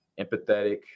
empathetic